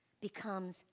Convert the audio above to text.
becomes